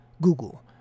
Google